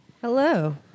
Hello